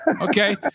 Okay